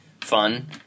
fun